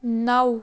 نَو